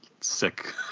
sick